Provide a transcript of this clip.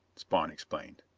spawn explained.